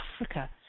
Africa